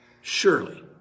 Surely